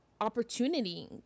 opportunity